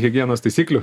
higienos taisyklių